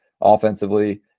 Offensively